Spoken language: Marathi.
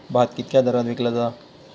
भात कित्क्या दरात विकला जा?